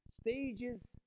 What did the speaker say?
stages